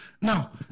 Now